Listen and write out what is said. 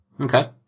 Okay